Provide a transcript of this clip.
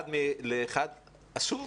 אחד לאחד, אסור?